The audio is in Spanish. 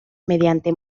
mediante